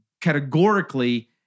categorically